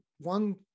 one